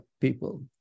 people